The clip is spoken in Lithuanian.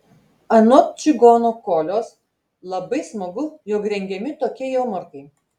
anot čigono kolios labai smagu jog rengiami tokie jomarkai